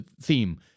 theme